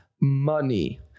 money